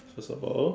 first of all